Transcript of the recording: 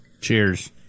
Cheers